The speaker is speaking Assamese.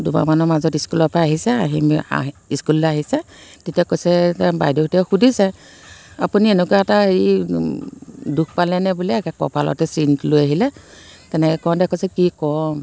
দুমাহমানৰ মাজত স্কুলৰ পৰা আহিছে আহি মে আহি ইস্কুললৈ আহিছে তেতিয়া কৈছে কে বাইদেউহঁতে সুধিছে আপুনি এনেকুৱা এটা এই দুখ পালেনে বুলি একে কঁপালতে চিনটো লৈ আহিলে তেনেকৈ কওঁতে কৈছে কি ক'ম